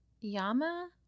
yama